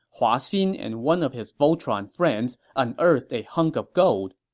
hua xin and one of his voltron friends unearthed a hunk of gold.